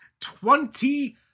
Twenty